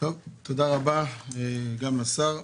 תודה רבה, לשר,